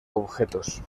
objetos